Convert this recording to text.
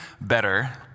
better